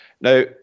Now